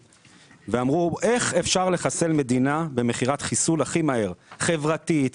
ואמרו איך אפשר לחסל מדינה במכירת חיסול הכי מהר חברתית,